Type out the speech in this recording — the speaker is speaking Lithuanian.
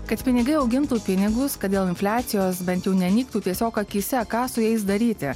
kad pinigai augintų pinigus kad dėl infliacijos bent jau nenyktų tiesiog akyse ką su jais daryti